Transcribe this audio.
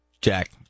Jack